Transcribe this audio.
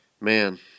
Man